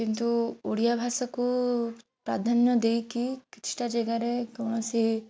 କିନ୍ତୁ ଓଡ଼ିଆ ଭାଷାକୁ ପ୍ରାଧାନ୍ୟ ଦେଇକି କିଛିଟା ଜାଗାରେ କୌଣସି